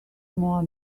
more